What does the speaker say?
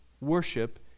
worship